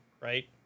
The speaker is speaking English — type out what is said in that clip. Right